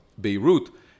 Beirut